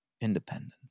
Independence